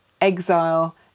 exile